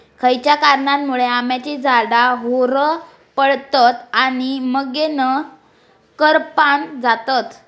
खयच्या कारणांमुळे आम्याची झाडा होरपळतत आणि मगेन करपान जातत?